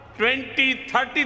2030